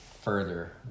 further